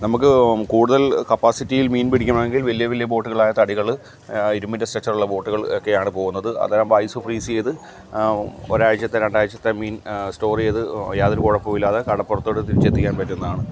നമുക്ക് കൂടുതൽ കപ്പാസിറ്റിയില് മീന് പിടിക്കണമെങ്കില് വലിയ വലിയ ബോട്ട്കളായ തടികൾ ഇരുമ്പിന്റെ സ്റെക്ച്ചർ ഉള്ള ബോട്ട്കൾ ഒക്കെയാണ് പോകുന്നത് അന്നേരം ആവുമ്പോൾ ഐസ് ഫ്രീസ് ചെയ്ത് ഒരാഴ്ചത്തെ രണ്ടാഴ്ചത്തെ മീന് സ്റ്റോറ് ചെയ്ത് യാതൊരു കുഴപ്പവും ഇല്ലാതെ കടപ്പുറത്തോട്ട് തിരിച്ചെത്തിക്കാന് പറ്റുന്നതാണ്